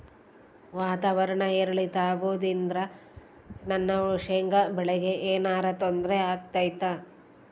ವಾತಾವರಣ ಏರಿಳಿತ ಅಗೋದ್ರಿಂದ ನನ್ನ ಶೇಂಗಾ ಬೆಳೆಗೆ ಏನರ ತೊಂದ್ರೆ ಆಗ್ತೈತಾ?